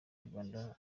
urwanda